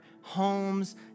homes